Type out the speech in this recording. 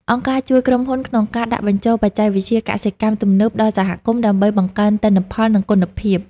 អង្គការជួយក្រុមហ៊ុនក្នុងការដាក់បញ្ចូលបច្ចេកវិទ្យាកសិកម្មទំនើបដល់សហគមន៍ ដើម្បីបង្កើនទិន្នផល និងគុណភាព។